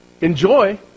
Enjoy